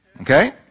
Okay